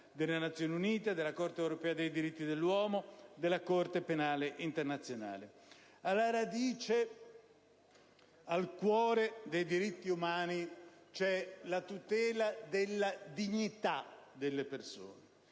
delle Nazioni Unite, della Corte europea dei diritti dell'uomo, della Corte penale internazionale. Alla radice e al cuore dei diritti umani vi è la tutela della dignità delle persone: